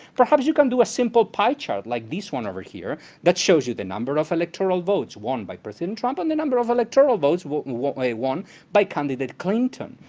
perhaps you can do a simple pie chart like this one over here that shows you the number of electoral votes won by president trump, on the number of electoral votes won won by candidate clinton.